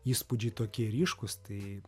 įspūdžiai tokie ryškūs tai